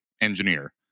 engineer